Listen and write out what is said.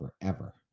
forever